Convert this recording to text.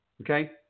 Okay